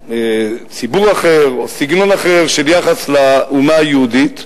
ציבור אחר או סגנון אחר של יחס לאומה היהודית,